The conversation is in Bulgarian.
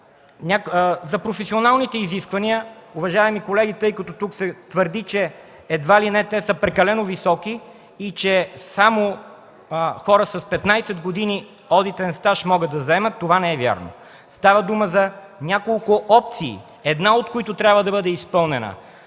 За професионалните изисквания, уважаеми колеги, тъй като тук се твърди, че едва ли не те са прекалено високи и само хора с 15 години одитен стаж могат да ги заемат – това не е вярно. Става дума за няколко опции, една от които трябва да бъде изпълнена: